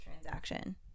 transaction